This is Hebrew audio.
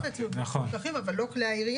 כל חומרי הנפץ מפוקחים, אבל לא כלי הירייה.